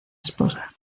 esposa